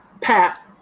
Pat